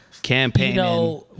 Campaigning